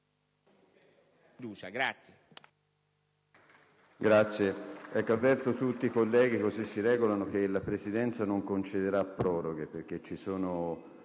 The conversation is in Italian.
Grazie,